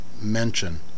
mention